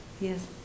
Yes